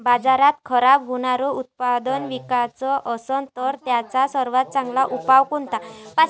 बाजारात खराब होनारं उत्पादन विकाच असन तर त्याचा सर्वात चांगला उपाव कोनता?